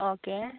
okay